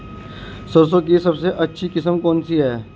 सरसों की सबसे अच्छी किस्म कौन सी है?